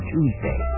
Tuesday